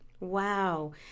Wow